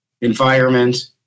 environment